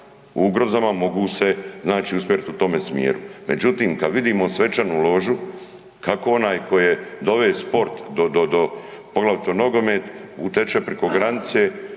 u ugrozama mogu se znači usmjeriti u tome smjeru. Međutim, kad vidimo svečanu ložu kako onaj tko je doveo sport do, do, poglavito nogomet uteče preko granice